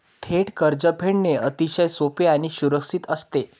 थेट कर्ज फेडणे अतिशय सोपे आणि सुरक्षित असते